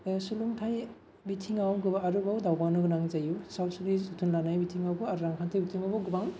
सोलोंथाय बिथिंआव आरोबाव दावगानो गोनां जायो सावस्रि जोथोन लानाय बिथिंआवबो आरो रांखान्थि बिथिंआवबो गोबां